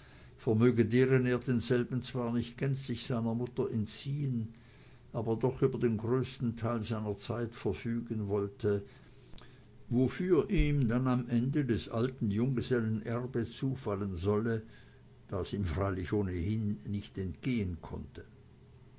vermöge deren er denselben zwar nicht gänzlich seiner mutter entziehen aber doch über den größten teil seiner zeit verfügen wollte wofür ihm dann am ende des alten junggesellen erbe zufallen solle das ihm freilich ohnedies nicht entgehen konnte